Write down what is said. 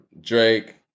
Drake